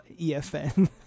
EFN